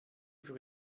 für